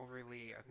overly